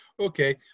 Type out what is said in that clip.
okay